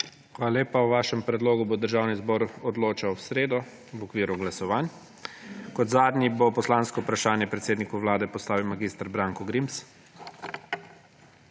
Hvala lepa. O vašem predlogu bo Državni zbor odločal v sredo v okviru glasovanj. Kot zadnji bo poslansko vprašanje predsedniku Vlade postavil mag. Branko Grims.